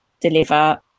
deliver